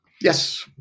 Yes